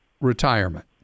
retirement